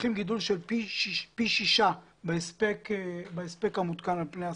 מצריכים גידול של פי שישה בהספק המותקן על פני עשור.